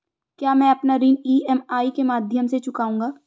क्या मैं अपना ऋण ई.एम.आई के माध्यम से चुकाऊंगा?